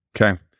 Okay